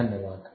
धन्यवाद